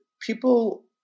people